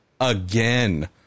again